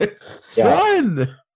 Son